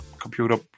computer